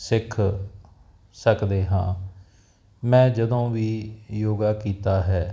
ਸਿੱਖ ਸਕਦੇ ਹਾਂ ਮੈਂ ਜਦੋਂ ਵੀ ਯੋਗਾ ਕੀਤਾ ਹੈ